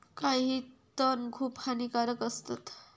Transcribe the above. काही तण खूप हानिकारक असतत